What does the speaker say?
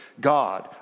God